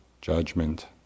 judgment